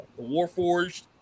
warforged